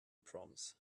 proms